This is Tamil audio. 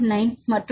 9 மற்றும் 0